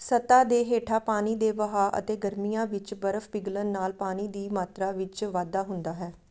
ਸਤ੍ਹਾ ਦੇ ਹੇਠਾਂ ਪਾਣੀ ਦੇ ਵਹਾਅ ਅਤੇ ਗਰਮੀਆਂ ਵਿੱਚ ਬਰਫ਼ ਪਿਘਲਣ ਨਾਲ ਪਾਣੀ ਦੀ ਮਾਤਰਾ ਵਿੱਚ ਵਾਧਾ ਹੁੰਦਾ ਹੈ